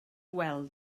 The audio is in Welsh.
weld